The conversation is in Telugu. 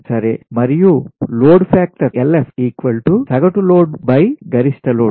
మరియు లోడ్ ఫాక్టర్ LF సగటు లోడ్ గరిష్ట లోడ్